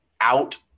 out